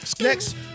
next